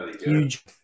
Huge